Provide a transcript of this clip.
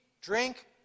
drink